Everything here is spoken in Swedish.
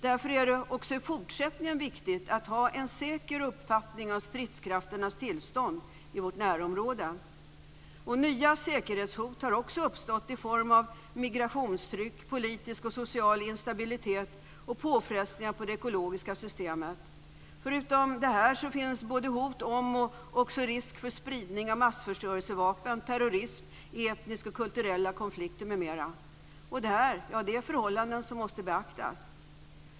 Därför är det även i fortsättningen viktigt att ha en säker uppfattning av stridskrafternas tillstånd i vårt närområde. Nya säkerhetshot har också uppstått i form av migrationstryck, politisk och social instabilitet och påfrestningar på det ekologiska systemet. Förutom det här finns både hot om och också risk för spridning av massförstörelsevapen, terrorism, etniska och kulturella konflikter m.m. Detta är förhållanden som måste beaktas.